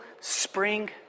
spring